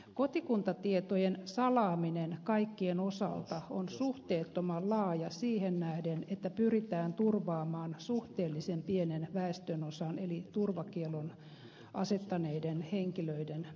kotikuntatietojen salaaminen kaikkien osalta on suhteettoman laaja siihen nähden että pyritään turvaamaan suhteellisen pienen väestönosan eli turvakiellon asettaneiden henkilöiden oikeuksia